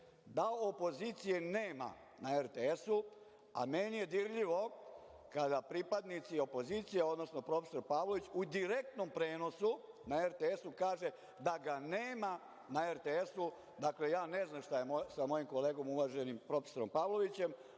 da opozicije nema na RTS, a meni je dirljivo kada pripadnici opozicije, odnosno profesor Pavlović u direktnom prenosu na RTS-u kaže da ga nema na RTS-u. Dakle, ja ne znam šta je sa mojim kolegom, uvaženim profesorom Pavlovićem,